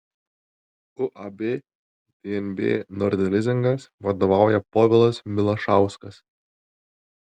uab dnb nord lizingas vadovauja povilas milašauskas